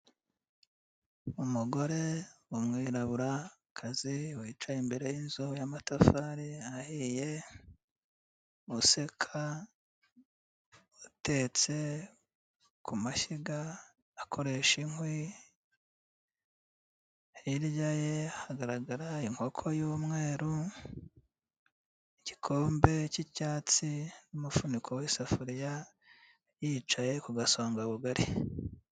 Umugore w'umwiraburakazi wicaye imbere y'inzu y'amatafari ahiye, useka, utetse ku mashyiga akoresha inkwi, hirya ye haragaragara inkoko y'umweru, igikombe cy'icyatsi n'umufuniko w'isafuriya, yicaye ku gasongabugari.